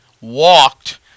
walked